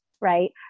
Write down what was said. right